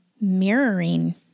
mirroring